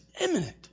imminent